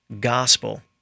gospel